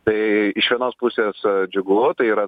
tai iš vienos pusės džiugu tai yra